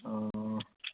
ᱚ